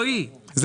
רועי, אני